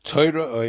Torah